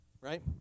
right